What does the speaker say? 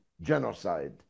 genocide